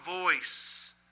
voice